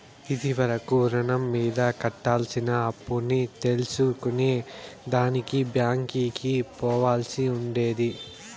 ఇది వరకు రుణం మీద కట్టాల్సిన అప్పుని తెల్సుకునే దానికి బ్యాంకికి పోవాల్సి ఉండేది